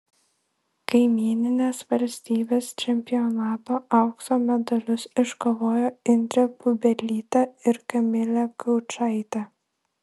kaimyninės valstybės čempionato aukso medalius iškovojo indrė bubelytė ir kamilė gaučaitė